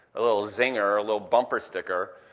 a little zinger, a little bumper sticker,